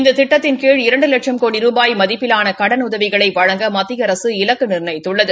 இந்த திட்டத்தின் கீழ் இரண்டு லட்சம் கோடி ரூபாய் மதிப்பிலான கடனுதவிகளை வழங்க மத்திய அரசு இலக்கு நிர்ணயித்துள்ளது